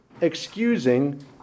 excusing